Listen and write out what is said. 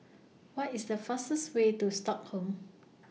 What IS The fastest Way to Stockholm